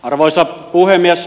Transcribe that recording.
arvoisa puhemies